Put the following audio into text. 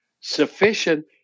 sufficient